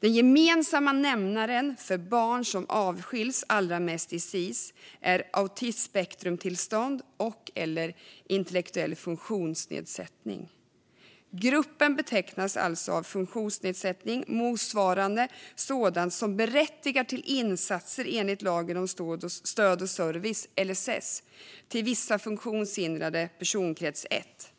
den gemensamma nämnaren för de barn som avskiljs allra mest i Sis är autismspektrumtillstånd eller intellektuell funktionsnedsättning. Gruppen betecknas alltså av funktionsnedsättning motsvarande sådant som berättigar till insatser enligt lag om stöd och service till vissa funktionshindrade, LSS, personkrets 1.